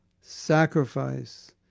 sacrifice